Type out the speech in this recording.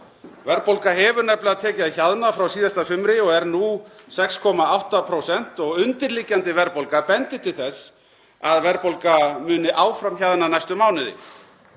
Verðbólga hefur nefnilega tekið að hjaðna frá síðasta sumri og er nú 6,8% og undirliggjandi verðbólga bendir til þess að verðbólga muni áfram hjaðna næstu mánuði.